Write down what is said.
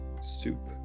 soup